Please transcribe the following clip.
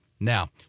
Now